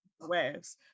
waves